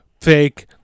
fake